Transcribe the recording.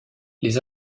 les